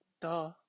Duh